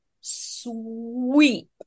sweep